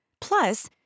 Plus